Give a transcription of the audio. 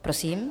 Prosím.